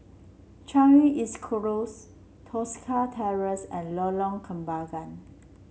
Changi East Close Tosca Terrace and Lorong Kembangan